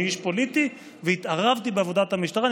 אני איש פוליטי, והתערבתי בעבודת המשטרה.